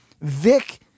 Vic